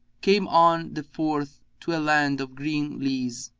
came on the fourth to a land of green leas,